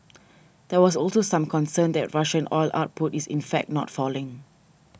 there was also some concern that Russian oil output is in fact not falling